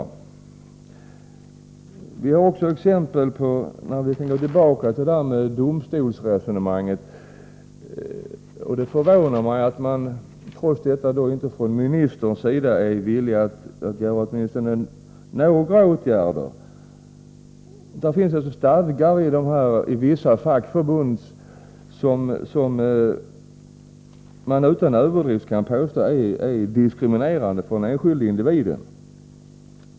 Om vi går tillbaka till domstolsresonemanget, kan vi finna fler exempel, och det förvånar mig att justitieministern inte är villig att vidta åtminstone några åtgärder. Det finns stadgar i vissa fackförbund som man utan överdrift kan påstå vara diskriminerande för den enskilde individen.